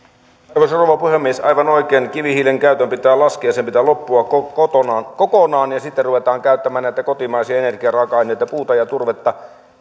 arvoisa rouva puhemies aivan oikein kivihiilen käytön pitää laskea ja sen pitää loppua kokonaan kokonaan ja sitten ruvetaan käyttämään näitä kotimaisia energiaraaka aineita puuta ja turvetta